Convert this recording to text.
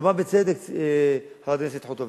אמרה בצדק חברת הכנסת חוטובלי: